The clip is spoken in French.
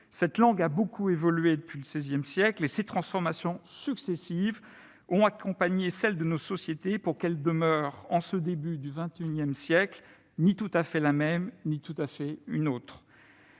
Cette langue a beaucoup évolué depuis le XVI siècle, et ses transformations successives ont accompagné celles de nos sociétés pour qu'elle demeure, en ce début du XXI siècle, « ni tout à fait la même, ni tout à fait une autre